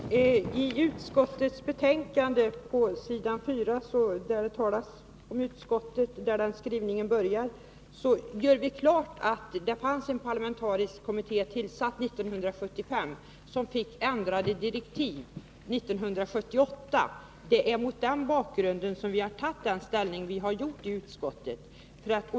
Herr talman! På s.4 i utskottets betänkande, där redovisningen av utskottets ställningstagande börjar, gör vi klart att det fanns en parlamentarisk kommitté, tillsatt 1975, som 1978 fick ändrade direktiv. Det är mot denna bakgrund som vi har tagit den ställning som vi har gjort i utskottet.